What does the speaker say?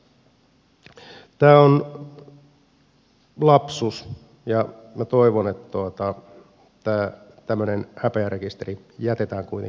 tämä on lapsus ja toivon että tämmöinen häpeärekisteri jätetään kuitenkin tekemättä